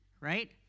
right